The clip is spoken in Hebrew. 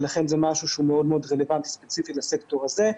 ולכן זה משהו שהוא מאוד מאוד רלוונטי ספציפית לסקטור הזה.